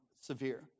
severe